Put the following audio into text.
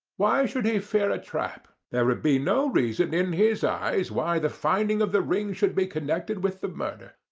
why should he fear a trap? there would be no reason in his eyes why the finding of the ring should be connected with the murder.